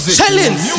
Challenge